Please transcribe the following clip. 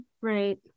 right